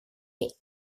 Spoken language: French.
est